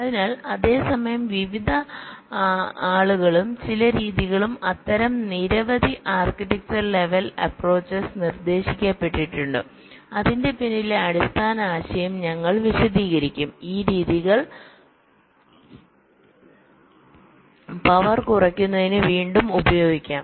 അതിനാൽഅതേസമയം വിവിധ ആളുകളും ചില രീതികളും അത്തരം നിരവധി ആർക്കിടെക്ചർ ലെവൽ അപ്പ്രോച്ച്സ് നിർദ്ദേശിക്കപ്പെട്ടിട്ടുണ്ട് അതിന്റെ പിന്നിലെ അടിസ്ഥാന ആശയം ഞങ്ങൾ വിശദീകരിക്കും ഈ രീതികൾ പവർ കുറയ്ക്കുന്നതിന് വീണ്ടും ഉപയോഗിക്കാം